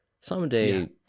someday